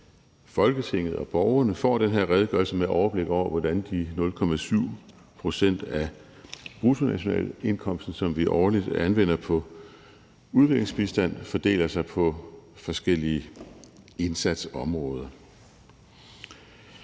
Folketinget og borgerne får den her redegørelse med et overblik over, hvordan de 0,7 pct. af bruttonationalindkomsten, som vi årligt anvender på udviklingsbistand, fordeler sig på forskellige indsatsområder.